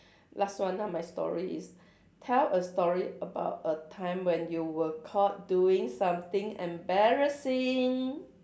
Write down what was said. last one ah my story is tell a story about a time when you were caught doing something embarrassing